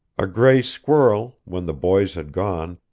a gray squirrel, when the boys had gone,